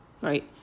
Right